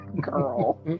Girl